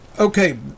okay